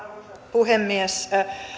puhemies